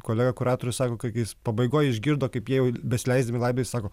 kolega kuratorius sako kai kai jis pabaigoj išgirdo kaip jie jau besileisdami laiptais sako